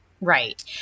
right